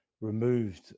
removed